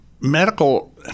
Medical